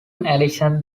addition